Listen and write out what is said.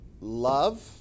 love